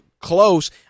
close